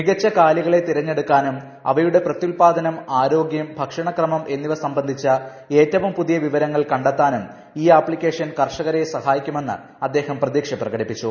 മികച്ച കാലികളെ തിരഞ്ഞെടുക്കാനും അവയുടെ പ്രത്യുല്പാദനം ആരോഗ്യം ഭക്ഷണക്രമം എന്നിവ സംബന്ധ്രിച്ചു ക്റ്റവും പുതിയ വിവരങ്ങൾ കണ്ടെത്താനും ഈ ആപ്സിക്കേഷ്ടൻ കർഷകരെ സഹായിക്കുമെന്ന് അദ്ദേഹം പ്രതീക്ഷ പ്രകടിഷ്ടിച്ചു